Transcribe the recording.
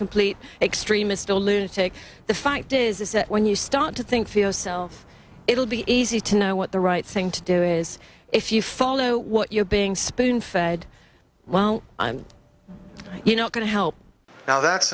complete extremist or lunatic the fact is is that when you start to think feel self it'll be easy to know what the right thing to do is if you follow what you're being spoon fed while i'm you know going to help now that's